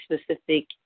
specific